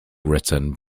written